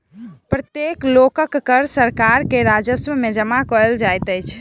प्रत्येक लोकक कर सरकार के राजस्व में जमा कयल जाइत अछि